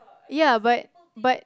ya but but